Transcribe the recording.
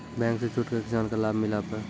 Bank से छूट का किसान का लाभ मिला पर?